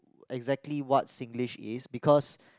exactly what Singlish is because